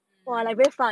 mm